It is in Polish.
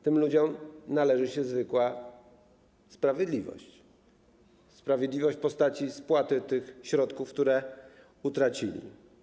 Tym ludziom należy się zwykła sprawiedliwość, sprawiedliwość w postaci spłaty środków, które utracili.